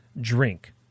drink